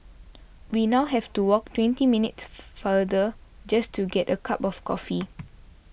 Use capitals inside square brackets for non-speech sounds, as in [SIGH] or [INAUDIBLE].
we now have to walk twenty minutes [NOISE] farther just to get a cup of coffee